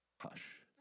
hush